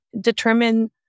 determine